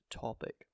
topic